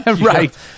Right